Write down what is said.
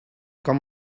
com